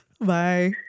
Bye